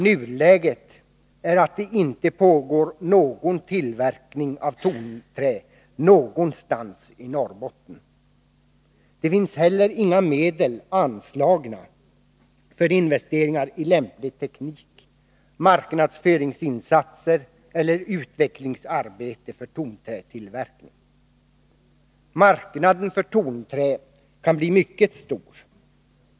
Nuläget är att det inte pågår någon tillverkning av tonträ någonstans i Norrbotten. Det finns heller inga medel anslagna för investeringar i lämplig teknik, marknadsföringsinsatser eller utvecklingsarbete för tonträtillverkning. Marknaden för tonträ kan bli mycket stor.